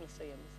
נא לסיים.